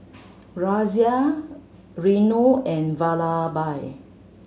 Razia Renu and Vallabhbhai